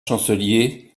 chancelier